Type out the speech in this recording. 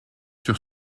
sur